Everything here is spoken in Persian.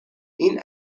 این